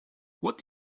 what